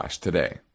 today